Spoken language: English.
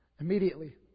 Immediately